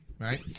Right